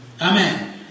Amen